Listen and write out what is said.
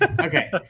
Okay